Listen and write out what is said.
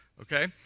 okay